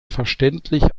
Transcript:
verständlich